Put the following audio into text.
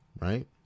right